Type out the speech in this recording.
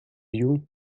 you